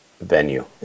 venue